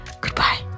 Goodbye